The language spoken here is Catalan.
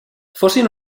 fossin